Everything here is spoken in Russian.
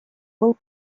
был